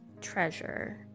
treasure